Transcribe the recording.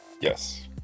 Yes